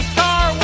Star